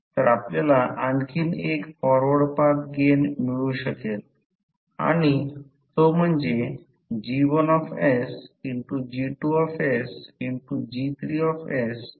तर हिस्टेरेसिस आणि eddy current losses जेव्हा मॅग्नेटिक मटेरियल फ्लक्स डेन्सिटीच्या सायक्लीक व्हेरिएशनमधून जाते तेव्हा त्यामध्ये हिस्टेरेसिस आणि एडी करंट पॉवर लॉसेस होतात ज्याला एकत्रितपणे कोर लॉस म्हणून ओळखले जाते